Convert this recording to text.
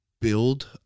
build